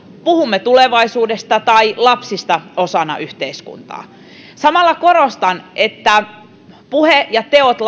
puhumme tulevaisuudesta tai lapsista osana yhteiskuntaa samalla korostan että puhe lapsista ja teot